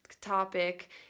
topic